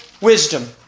wisdom